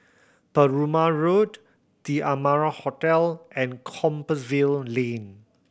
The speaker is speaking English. Perumal Road The Amara Hotel and Compassvale Lane